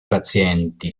pazienti